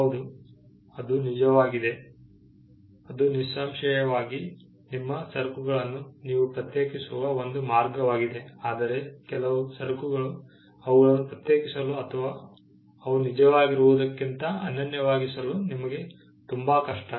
ಹೌದು ಅದು ನಿಜವಾಗಿದೆ ಅದು ನಿಸ್ಸಂಶಯವಾಗಿ ನಿಮ್ಮ ಸರಕುಗಳನ್ನು ನೀವು ಪ್ರತ್ಯೇಕಿಸುವ ಒಂದು ಮಾರ್ಗವಾಗಿದೆ ಆದರೆ ಕೆಲವು ಸರಕುಗಳು ಅವುಗಳನ್ನು ಪ್ರತ್ಯೇಕಿಸಲು ಅಥವಾ ಅವು ನಿಜವಾಗಿರುವುದಕ್ಕಿಂತ ಅನನ್ಯವಾಗಿಸಲು ನಿಮಗೆ ತುಂಬಾ ಕಷ್ಟ